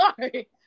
sorry